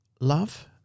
love